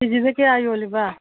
ꯀꯦꯖꯤꯗ ꯀꯌꯥ ꯌꯣꯜꯂꯤꯕ